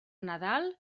nadal